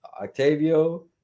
Octavio